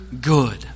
good